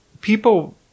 people